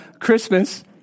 Christmas